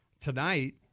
tonight